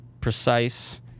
precise